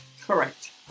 Correct